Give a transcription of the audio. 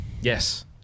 Yes